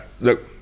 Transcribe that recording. look